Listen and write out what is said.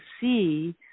see